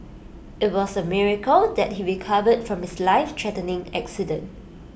IT was A miracle that he recovered from his lifethreatening accident